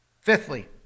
Fifthly